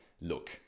look